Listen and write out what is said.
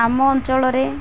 ଆମ ଅଞ୍ଚଳରେ